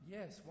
Yes